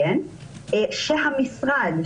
שהמשרד,